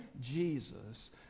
Jesus